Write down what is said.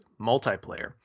multiplayer